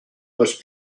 this